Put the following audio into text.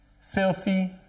filthy